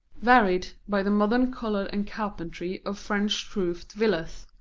varied by the modern colour and carpentry of french-roofed villas.